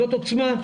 זאת עוצמה,